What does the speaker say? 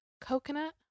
coconut